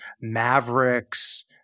mavericks